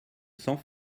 sans